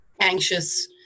anxious